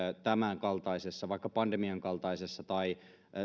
tämänkaltaisessa tilanteessa vaikka pandemian tai